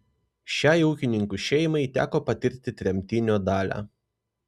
šiai ūkininkų šeimai teko patirti tremtinio dalią